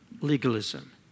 legalism